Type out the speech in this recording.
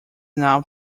now